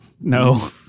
No